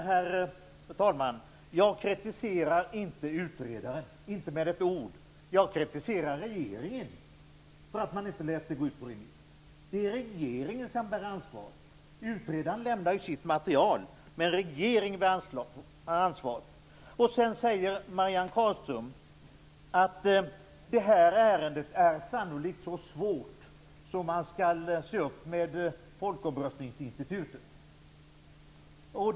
Herr talman! Nej, jag kritiserar inte utredaren. Jag kritiserar regeringen för att man inte lät förslaget gå ut på remiss. Det är regeringen som bär ansvaret. Utredaren lämnar sitt material, men regeringen bär ansvaret. Marianne Carlström säger att det här ärendet är så svårt att man måste se upp med folkomröstningsinstitutet.